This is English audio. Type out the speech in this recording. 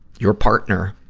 your partner